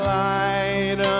light